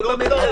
לא.